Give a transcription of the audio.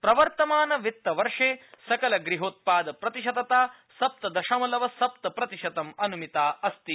प्रवर्तमान वित्त वर्षे सकलगृहोत्पाद प्रतिशतता सप्त दशमलव सप्त प्रतिशतम् अनुमिता अस्ति